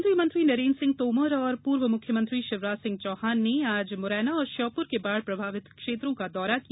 केन्द्रीय मंत्री नरेन्द्र सिंह तोमर और पूर्व मुख्यमंत्री शिवराज सिंह चौहान ने आज मुरैना और श्योपूर के बाढ़ प्रभावित क्षेत्रों का दौरा किया